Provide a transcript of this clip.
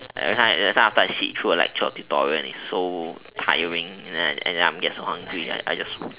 every every time after I sit through lecture or tutorial is so tiring and then I get so hungry I just